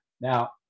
Now